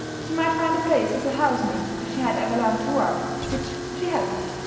she might find a place as a house-maid if she had ever learned to work, which she hasn't.